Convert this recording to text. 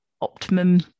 optimum